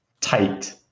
tight